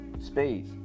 Space